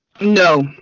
No